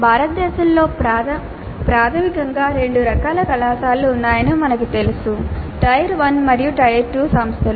భారతదేశంలో ప్రాథమికంగా రెండు రకాల కళాశాలలు ఉన్నాయని మాకు తెలుసు టైర్ 1 మరియు టైర్ 2 సంస్థలు